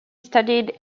studied